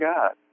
God